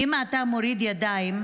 "אם אתה מוריד ידיים,